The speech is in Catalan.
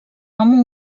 amb